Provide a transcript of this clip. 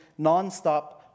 nonstop